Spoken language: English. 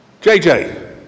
JJ